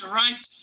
right